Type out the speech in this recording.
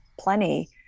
plenty